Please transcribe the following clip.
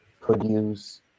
produce